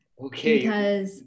Okay